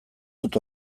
dut